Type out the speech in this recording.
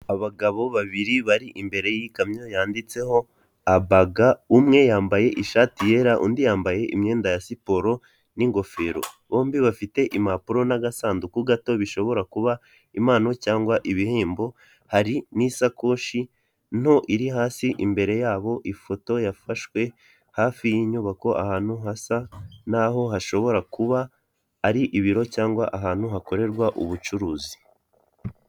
Abagabo babiri bari imbere y'ikamyo yanditsweho abag umwe yambaye ishati yera undi yambaye imyenda ya siporo n'ingofero, bombi bafite impapuro n'agasanduku gato bishobora kuba impano cyangwa ibihembo hari n'isakoshi nto iri hasi imbere y'abo ifoto yafashwe hafi y'inyubako ahantu hasa n'aho hashobora kuba ari ibiro cyangwa ahantu hakorerwa ubucuruzi.